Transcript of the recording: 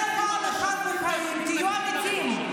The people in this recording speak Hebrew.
אולי פעם אחת בחיים תהיו אמיתיים.